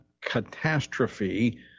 catastrophe